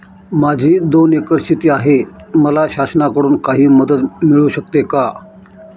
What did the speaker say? माझी दोन एकर शेती आहे, मला शासनाकडून काही मदत मिळू शकते का?